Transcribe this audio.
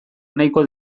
nahiko